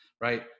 right